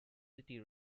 city